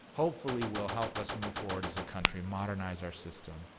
hopefully, will help us move forward as a country. modernize our system,